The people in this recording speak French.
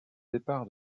départ